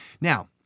Now